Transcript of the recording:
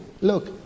Look